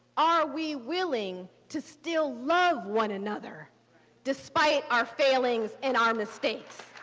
are we willing to still love one another despite our failings and our mistakes.